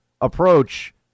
approach